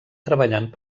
treballant